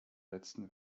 letzten